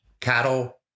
cattle